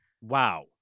Wow